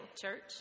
church